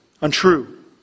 untrue